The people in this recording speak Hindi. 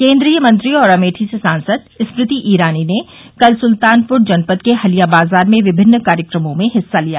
केन्द्रीय मंत्री और अमेठी से सांसद स्मृति ईरानी ने कल सुल्तानपुर जनपद के हलिया बाजार में विभिन्न कार्यक्रमों में हिस्सा लिया